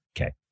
Okay